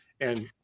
And-